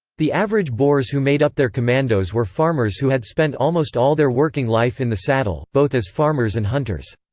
the average boers who made up their commandos were farmers who had spent almost all their working life in the saddle, both as farmers and hunters.